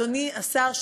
אדוני השר,